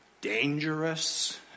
dangerous